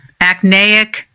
acneic